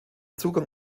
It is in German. zugang